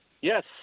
Yes